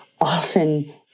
often